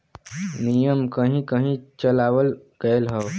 नियम कहीं कही चलावल गएल हौ